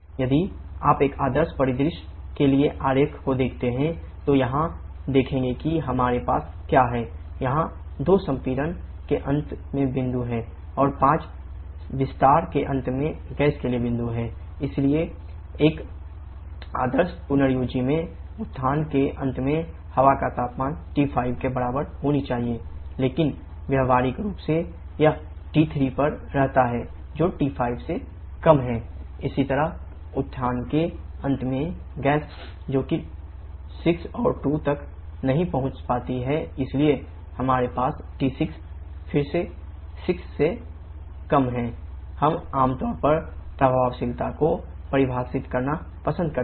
यदि आप एक आदर्श परिदृश्य के लिए प्रभावशीलता को परिभाषित करते हैं